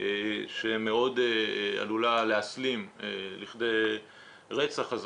שמאוד עלולה להסלים לכדי רצח.